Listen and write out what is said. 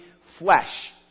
flesh